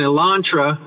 Elantra